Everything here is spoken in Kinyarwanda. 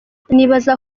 nibaza